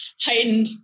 heightened